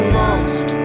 lost